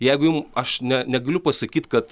jeigu jum aš ne negaliu pasakyt kad